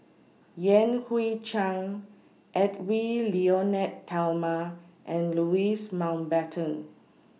Yan Hui Chang Edwy Lyonet Talma and Louis Mountbatten